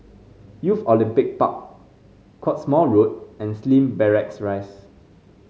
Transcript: Youth Olympic Park Cottesmore Road and Slim Barracks Rise